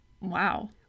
Wow